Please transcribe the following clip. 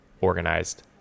organized